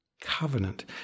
Covenant